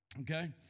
Okay